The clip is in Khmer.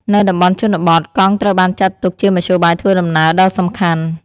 នៅតំបន់ជនបទ កង់ត្រូវបានចាត់ទុកជាមធ្យោបាយធ្វើដំណើរដ៏សំខាន់។